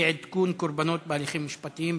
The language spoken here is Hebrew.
אי-עדכון קורבנות בהליכים משפטיים.